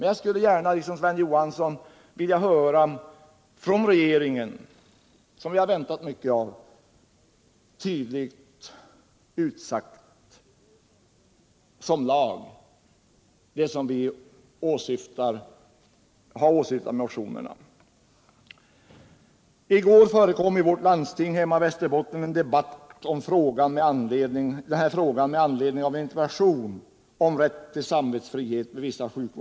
Jag skulle gärna vilja höra hur regeringen, som jag har väntat mig mycket av, ser på syftet med dessa motioner. I går förekom i Västerbottens läns landsting en debatt om denna fråga med anledning av en interpellation om rätt till samvetsfrihet.